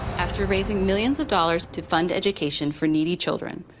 after raising millions of dollars to fund education for needy children,